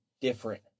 different